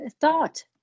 thought